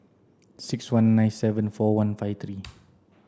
six one nine seven four one five three